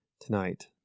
tonight